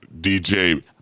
DJ